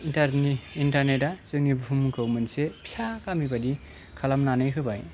internet इन्टारनेटआ जोंनि बुहुमखौ मोनसे फिसा गामिबादि खालामनानै होबाय